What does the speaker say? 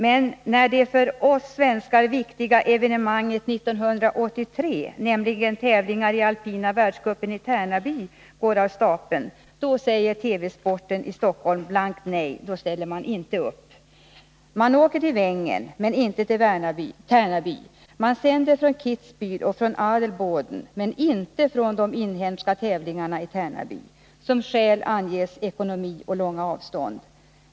Men när det för oss svenskar viktiga evenemanget 1983 går av stapeln, nämligen tävlingar i alpina världscupen i Tärnaby, då säger TV-sporten i Stockholm blankt nej. Då ställer man inte upp. Man åker till Wengen, men inte till Tärnaby, man sänder från Kitzbähel och från Adelboden, men inte från de inhemska tävlingarna i Tärnaby. Som skäl anges dålig ekonomi och långa avstånd.